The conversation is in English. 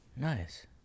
Nice